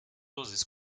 loses